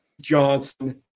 Johnson